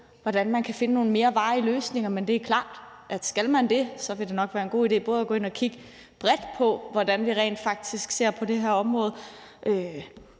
hvordan man kan finde nogle mere varige løsninger, men det er klart, at skal man det, vil det nok være en god idé både at gå ind og kigge bredt på, hvordan vi rent faktisk ser på det her område,